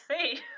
see